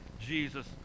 Jesus